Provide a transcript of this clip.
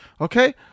Okay